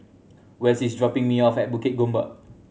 Wes is dropping me off at Bukit Gombak